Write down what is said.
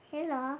Hello